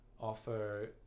offer